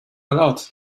lot